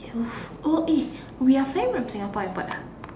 of oh eh we are flying from Singapore airport ah